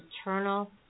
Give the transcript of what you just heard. eternal